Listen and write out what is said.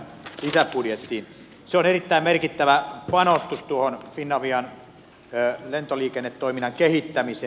se on erittäin merkittävä panostus finavian lentoliikennetoiminnan kehittämiseen